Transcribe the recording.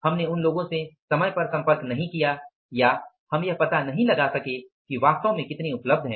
हमने उन लोगों से समय पर संपर्क नहीं किया या हम यह पता नहीं लगा सके कि वास्तव में कितने उपलब्ध हैं